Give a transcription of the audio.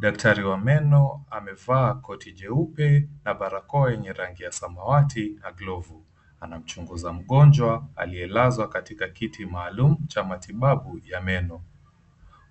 Daktari wa meno amevaa koti jeupe na barakoa yanye rangi ya samawati na glovu. Anamchunguza mgonjwa aliyelazwa katika kiti maalum cha matibabu ya meno.